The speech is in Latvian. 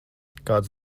kāds